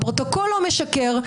הפרוטוקול לא משקר,